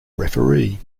referee